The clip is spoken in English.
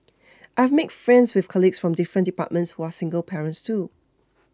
I have made friends with colleagues from different departments who are single parents too